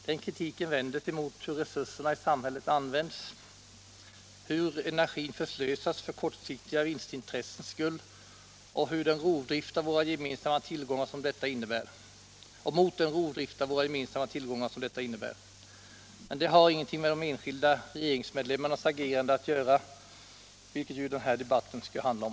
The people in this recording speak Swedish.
Den kritiken vänder sig mot hur resurserna i samhället används, mot hur energi förslösas för kortsiktiga vinstintressens skull och mot den rovdrift av våra gemensamma tillgångar som detta innebär. Men detta har inte med enskilda regeringsmedlemmars agerande att göra, vilket ju den här debatten skall handla om.